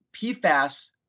PFAS